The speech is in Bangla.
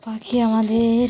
পাখি আমাদের